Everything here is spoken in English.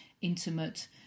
intimate